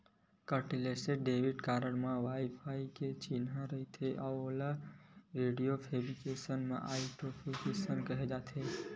contactless debit card म wifi के चिन्हा रहिथे अउ एला रेडियो फ्रिवेंसी आइडेंटिफिकेसन केहे जाथे